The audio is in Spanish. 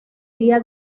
día